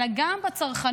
אלא גם בצרכנות,